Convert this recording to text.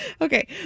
Okay